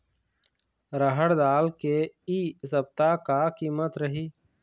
रहड़ दाल के इ सप्ता का कीमत रही?